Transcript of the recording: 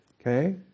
okay